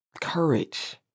Courage